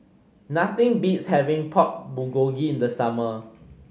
nothing beats having Pork Bulgogi in the summer